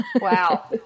Wow